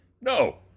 No